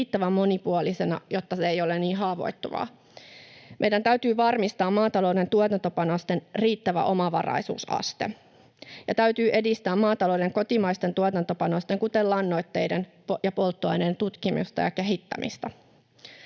riittävän monipuolisena, jotta se ei ole niin haavoittuvaa. Meidän täytyy varmistaa maatalouden tuotantopanosten riittävä omavaraisuusaste ja edistää maatalouden kotimaisten tuotantopanosten, kuten lannoitteiden ja polttoaineen, tutkimusta ja kehittämistä.